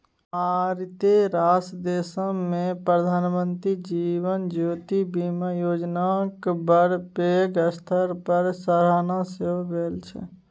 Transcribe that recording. मारिते रास देशमे प्रधानमंत्री जीवन ज्योति बीमा योजनाक बड़ पैघ स्तर पर सराहना सेहो भेल छै